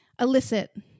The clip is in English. elicit